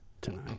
tonight